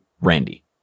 Randy